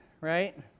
right